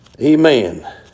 Amen